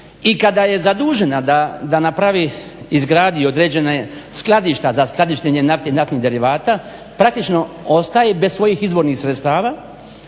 i kada je zadužena da napravi i izgradi određena skladišta za skladištenje nafte i naftnih derivata. Praktično ostaje i bez svojih izvornih i